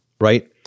Right